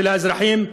של האזרחים,